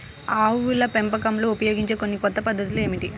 ఆవుల పెంపకంలో ఉపయోగించే కొన్ని కొత్త పద్ధతులు ఏమిటీ?